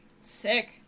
Sick